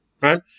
right